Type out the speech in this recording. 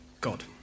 God